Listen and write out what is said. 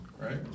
right